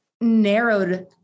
narrowed